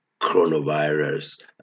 coronavirus